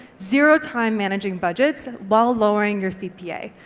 zero time managing budgets while lowering your cpa.